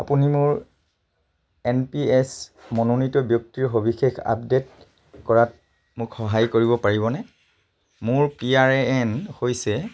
আপুনি মোৰ N P S মনোনীত ব্যক্তিৰ সবিশেষ আপডেট কৰাত মোক সহায় কৰিব পাৰিবনে মোৰ পি আৰ এ এন হৈছে